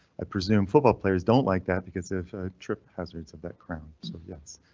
i presume football players don't like that because if ah trip hazards of that crown, so yes,